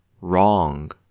wrong